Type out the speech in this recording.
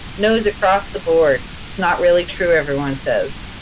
nos across the board. it's not really true, everyone says.